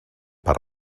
per